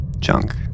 junk